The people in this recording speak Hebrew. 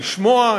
לשמוע,